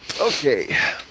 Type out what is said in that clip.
Okay